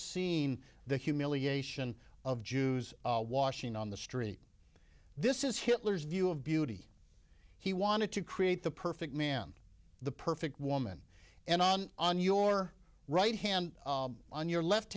overseen the humiliation of jews washing on the street this is hitler's view of beauty he wanted to create the perfect man the perfect woman and on your right hand on your left